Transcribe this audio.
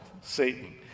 Satan